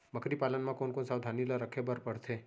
बकरी पालन म कोन कोन सावधानी ल रखे बर पढ़थे?